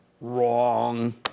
Wrong